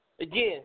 Again